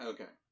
Okay